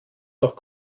doch